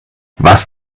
was